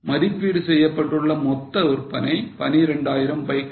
மதிப்பீடு செய்யப்பட்டுள்ள மொத்த விற்பனை 12000 பைக்கள்